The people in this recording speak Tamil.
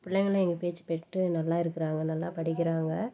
பிள்ளைகளும் எங்கள் பேச்சை கேட்டுகிட்டு நல்லா இருக்கிறாங்க நல்லா படிக்கிறாங்க